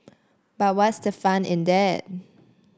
but what's the fun in that